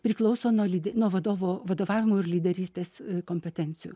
priklauso nuo lydi nuo vadovo vadovavimo ir lyderystės kompetencijų